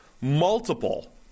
Multiple